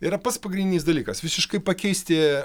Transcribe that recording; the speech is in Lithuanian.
yra pats pagrindinis dalykas visiškai pakeisti